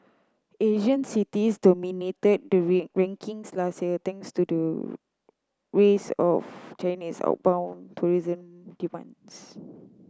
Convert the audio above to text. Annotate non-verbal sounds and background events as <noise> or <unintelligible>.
Asian cities dominated the <unintelligible> rankings last year thanks to rise of Chinese outbound tourism demands